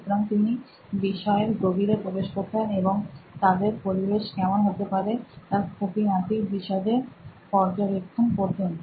সুতরাং তিনি বিষয়ের গভীরে প্রবেশ করতেন এবং তাদের পরিবেশ কেমন হতে পারে তার খুঁটিনাটি বিশদে পর্যবেক্ষণ করতেন